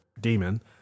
demon